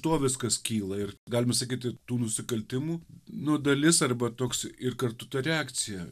tuo viskas kyla ir galime sakyti tų nusikaltimų nu dalis arba toks ir kartu ta reakcija